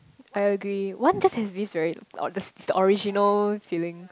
I agree one just has this very it's the this original feeling